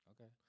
okay